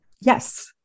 Yes